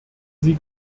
sie